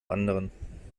anderen